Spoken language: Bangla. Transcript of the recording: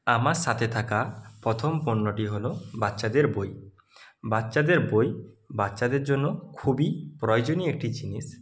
আমার সাথে থাকা প্রথম পণ্যটি হলো বাচ্চাদের বই বাচ্চাদের বই বাচ্চাদের জন্য খুবই প্রয়োজনীয় একটি জিনিস